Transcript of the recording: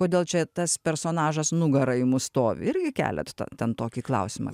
kodėl čia tas personažas nugara į mus stovi irgi keliat te ten tokį klausimą